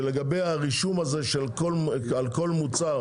לגבי הרישום הזה על כל מוצר,